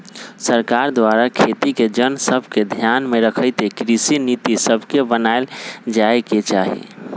सरकार द्वारा खेती के जन सभके ध्यान में रखइते कृषि नीति सभके बनाएल जाय के चाही